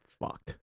Fucked